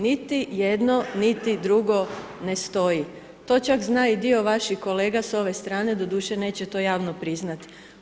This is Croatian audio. Niti jedno, niti drugo ne stoji, to čak zna i dio vaših kolega s ove strane, doduše, neće to javno priznat.